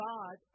God